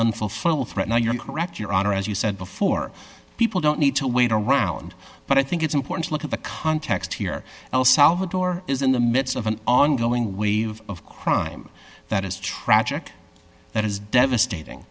unfulfilled threat now you're correct your honor as you said before people don't need to wait around but i think it's important to look at the context here el salvador is in the midst of an ongoing wave of crime that is tragic that is devastating